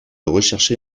rechercher